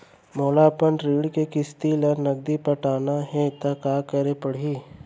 मोला अपन ऋण के किसती ला नगदी पटाना हे ता का करे पड़ही?